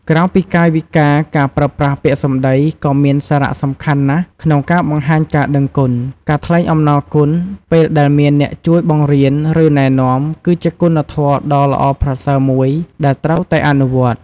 ក្រៅពីកាយវិការ ការប្រើប្រាស់ពាក្យសម្ដីក៏មានសារៈសំខាន់ណាស់ក្នុងការបង្ហាញការដឹងគុណ។ ការថ្លែងអំណរគុណ ពេលដែលមានអ្នកជួយបង្រៀន ឬណែនាំ គឺជាគុណធម៌ដ៏ល្អប្រសើរមួយដែលត្រូវតែអនុវត្ត។